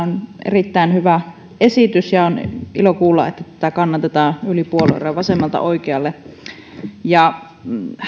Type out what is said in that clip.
on erittäin hyvä esitys ja on ilo kuulla että tätä kannatetaan yli puoluerajojen vasemmalta oikealle